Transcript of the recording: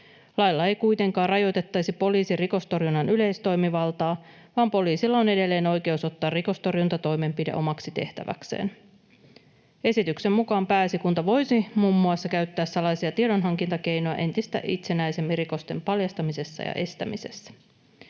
Lailla ei kuitenkaan rajoitettaisi poliisin rikostorjunnan yleistoimivaltaa, vaan poliisilla on edelleen oikeus ottaa ri-kostorjuntatoimenpide omaksi tehtäväkseen. Esityksen mukaan Pääesikunta voisi muun muassa käyttää salaisia tiedonhankintakeinoja entistä itsenäisemmin rikosten paljastamisessa ja estämisessä.